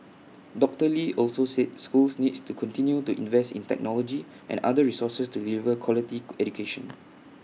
doctor lee also said schools need to continue to invest in technology and other resources to deliver quality education